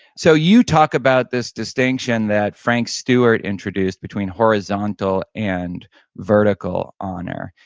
so you talked about this distinction that frank stewart introduced between horizontal and vertical honor.